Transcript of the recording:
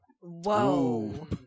Whoa